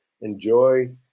enjoy